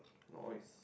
noise